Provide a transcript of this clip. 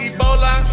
Ebola